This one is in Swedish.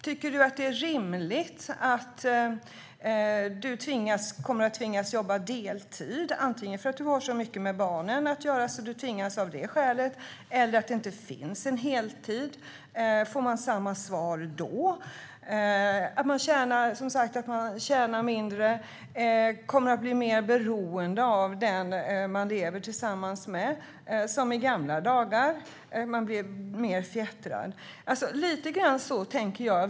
Tycker du att det är rimligt att du kommer att tvingas jobba deltid, antingen för att du har så mycket att göra med barnen att du tvingas av detta skäl eller för att det inte finns en heltid? Får man samma svar då? En förälder kommer att tjäna mindre och bli mer beroende av den föräldern lever tillsammans med, som i gamla dagar - bli mer fjättrad. Lite grann så tänker jag.